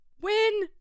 win